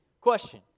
question